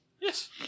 Yes